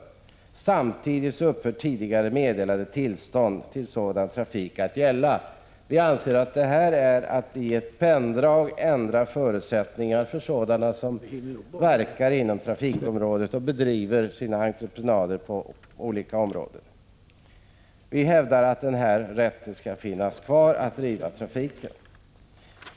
Samtidigt upphör tidigare meddelade tillstånd till sådan trafik att gälla. Vi anser att det här innebär att man med ett penndrag ändrar förutsättningar för sådana som verkar inom trafikområdet och åtar sig entreprenader på olika områden. Vi hävdar att rätten att bedriva trafik skall finnas kvar.